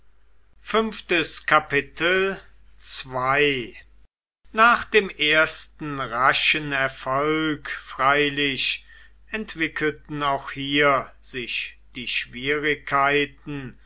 nach dem ersten raschen erfolg freilich entwickelten auch hier sich die schwierigkeiten